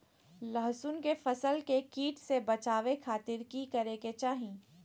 लहसुन के फसल के कीट से बचावे खातिर की करे के चाही?